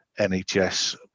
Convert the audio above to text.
NHS